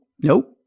nope